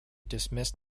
dismissed